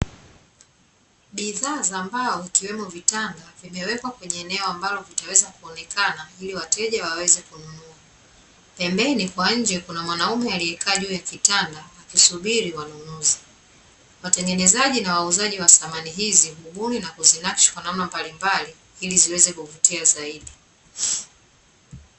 Bidhaa za mbao ikiwemo vitanda vimewekwa kwenye eneo ambalo vitaweza kuonekana, ili wateja waweze kununua. Pembeni kwa nje kuna mwanaume aliyekaa juu ya kitanda, akisubiri wanunuzi. Watengenezaji na wauzaji wa samani hizi, hubuni na kuzinakshi kwa namna mbalimbali, ili ziweze kuvutia zaidi.